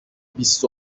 بیست